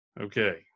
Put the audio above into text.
okay